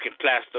plaster